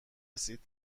رسید